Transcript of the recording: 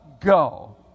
go